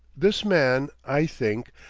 this man, i think,